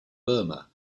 burma